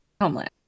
Homeland